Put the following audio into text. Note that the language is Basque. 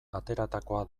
ateratakoa